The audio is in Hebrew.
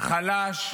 חלש,